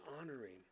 honoring